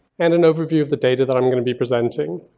and an overview of the data that i'm going to be presenting.